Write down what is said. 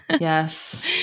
Yes